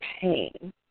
pain